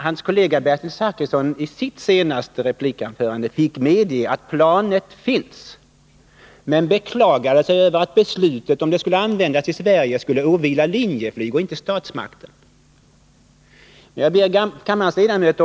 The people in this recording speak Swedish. Hans partivän Bertil Zachrisson medgav i sin senaste replik att planet finns men beklagade sig över att beslutet, om det skulle användas i Sverige, ålåg Linjeflyg och inte statsmakterna.